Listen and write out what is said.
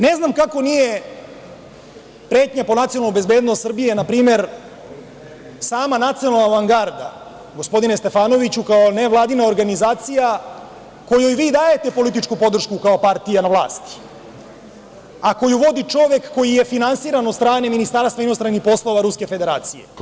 Ne znam kako nije pretnja po nacionalnu bezbednost Srbije, na primer, sama „Nacionalna avangarda“, gospodine Stefanoviću, kao nevladina organizacija kojoj vi dajete političku podršku kao partija na vlasti, a koju vodi čovek koji je finansiran od strane Ministarstva inostranih poslova Ruske Federacije?